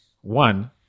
One